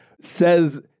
says